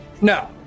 No